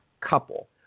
couple